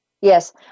Yes